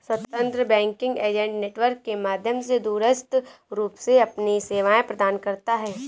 स्वतंत्र banking agent network के माध्यम से दूरस्थ रूप से अपनी सेवाएं प्रदान करता है